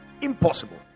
impossible